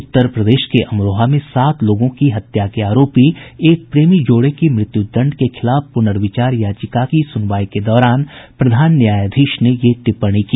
उत्तर प्रदेश के अमरोहा में सात लोगों की हत्या के आरोपी एक प्रेमी जोड़े की मृत्यदंड के खिलाफ पुनर्विचार याचिका की सुनवाई के दौरान प्रधान न्यायाधीश ने ये टिप्पणी की